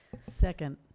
Second